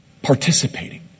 Participating